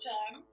Time